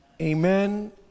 amen